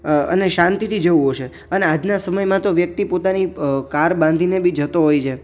અને શાંતિથી જવું હશે અને આજના સમયમાં તો વ્યક્તિ પોતાની કાર બાંધીને બી જતો હોય છે